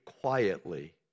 quietly